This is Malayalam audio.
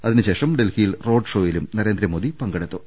അതിനുശേഷം ഡൽഹിയിൽ റോഡ്ഷോയിലും നരേന്ദ്രമോദി പങ്കെടുത്തു